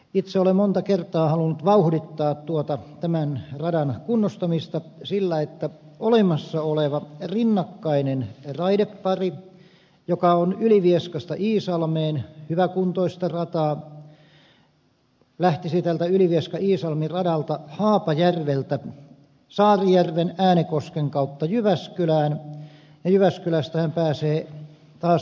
itse olen monta kertaa halunnut vauhdittaa tämän radan kunnostamista sillä että olemassa oleva rinnakkainen raidepari joka on ylivieskasta iisalmeen hyväkuntoista rataa lähtisi tältä ylivieskaiisalmi radalta haapajärveltä saarijärven ja äänekosken kautta jyväskylään ja jyväskylästähän pääsee taas eri suuntiin